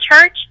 church